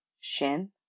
shin